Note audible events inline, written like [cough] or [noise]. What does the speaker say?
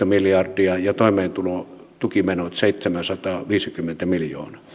[unintelligible] miljardia ja toimeentulotukimenot seitsemänsataaviisikymmentä miljoonaa